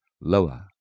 lower